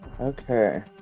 okay